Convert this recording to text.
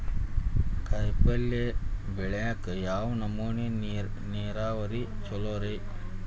ಕಾಯಿಪಲ್ಯ ಬೆಳಿಯಾಕ ಯಾವ್ ನಮೂನಿ ನೇರಾವರಿ ಛಲೋ ರಿ?